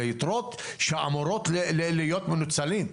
אלו יתרות שאמורות להיות מנוצלות.